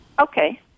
Okay